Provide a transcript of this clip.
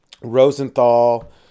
rosenthal